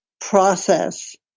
process